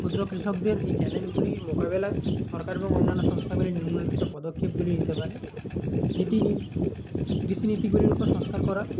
ক্ষুদ্র কৃষকদের এই চ্যালেঞ্জগুলির মোকাবেলায় সরকার এবং অন্যান্য সংস্থাগুলির নিম্নলিখিত পদক্ষেপগুলি নিতে পারে নীতি নি কৃষি নীতিগুলির উপর সংস্কার করা